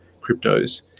cryptos